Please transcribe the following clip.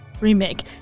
remake